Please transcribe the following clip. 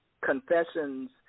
confessions